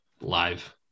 live